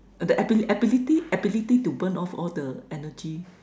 that abili~ ability ability to burn off all the energy